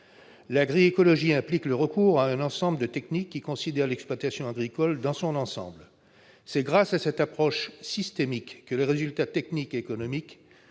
L'agroécologie implique le recours à un ensemble de techniques qui considèrent l'exploitation agricole dans son ensemble. C'est grâce à cette approche systémique que les résultats techniques et économiques